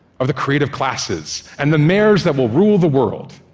of the creative classes, and the mayors that will rule the world.